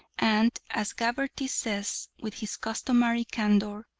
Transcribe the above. and, as gabarty says with his customary candour,